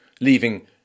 leaving